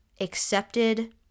accepted